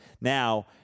Now